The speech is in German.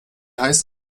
heißt